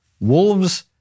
Wolves